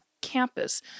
campus